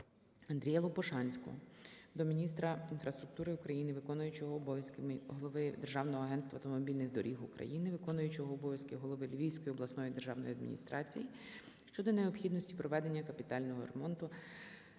Андрія Лопушанського до міністра інфраструктури України, виконуючого обов'язків голови Державного агентства автомобільних доріг України, виконуючого обов'язки голови Львівської обласної державної адміністрації щодо необхідності проведення капітального ремонту